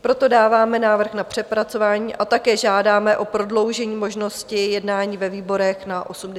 Proto dáváme návrh na přepracování a také žádáme o prodloužení možnosti jednání ve výborech na 80 dní.